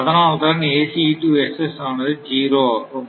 அதனால் தான் ஆனது 0 ஆகும்